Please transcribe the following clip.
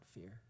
fear